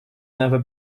never